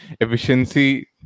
efficiency